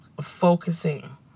focusing